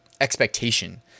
expectation